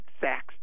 Sachs